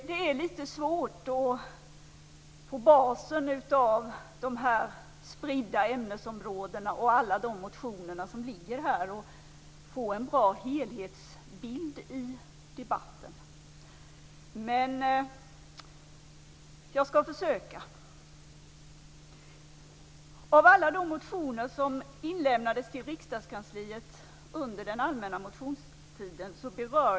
Det är litet svårt att på basen av dessa spridda ämnesområden och alla de motioner som har väckts att få en bra helhetsbild i debatten. Jag skall försöka.